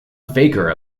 faker